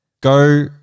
Go